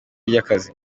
ry’akazi